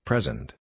Present